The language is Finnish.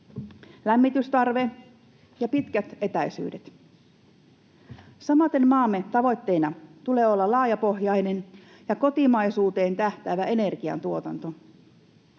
lämmitystarve ja pitkät etäisyydet. Samaten maamme tavoitteena tulee olla laajapohjainen ja kotimaisuuteen tähtäävä energiantuotanto,